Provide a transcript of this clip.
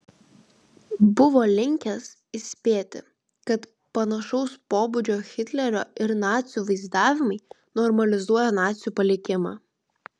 buvo linkęs įspėti kad panašaus pobūdžio hitlerio ir nacių vaizdavimai normalizuoja nacių palikimą